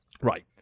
Right